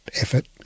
effort